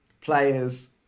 players